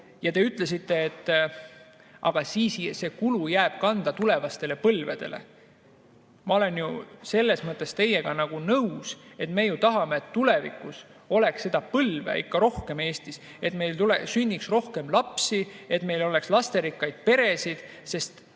Te ütlesite, et see kulu jääb kanda tulevastele põlvedele. Ma olen selles teiega nagu nõus, aga me ju tahame, et tulevikus oleks seda põlve ikka rohkem Eestis, et meil sünniks rohkem lapsi, et meil oleks lasterikkaid peresid.